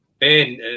Ben